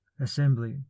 assembly